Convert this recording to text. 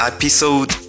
Episode